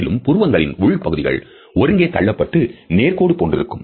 மேலும் புருவங்களின் உள் பகுதிகள் ஒருங்கே தள்ளப்பட்டு நேர்கோடு போன்று இருக்கும்